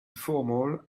formal